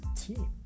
team